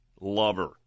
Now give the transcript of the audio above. lover